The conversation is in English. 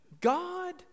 God